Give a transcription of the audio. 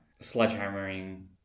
sledgehammering